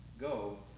Go